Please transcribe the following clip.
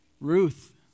Ruth